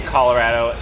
Colorado